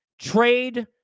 Trade